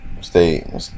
stay